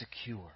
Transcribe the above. secure